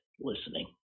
listening